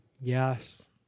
Yes